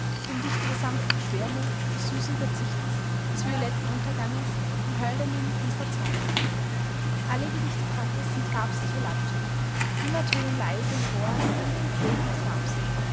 dem dichter der sanften schwermut des süßen verzichtes des violetten unterganges dem hölderlin unserer zeit alle gedichte trakls sind herbstliche landschaften immer tönen leise im rohr die dunkeln flöten des herbstes